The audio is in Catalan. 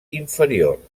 inferior